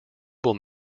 will